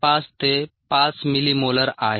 5 ते 5 मिलीमोलर आहे